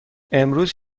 امروز